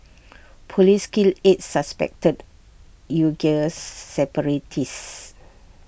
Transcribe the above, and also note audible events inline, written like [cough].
[noise] Police kill eight suspected Uighur separatists